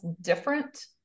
different